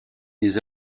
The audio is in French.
des